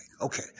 Okay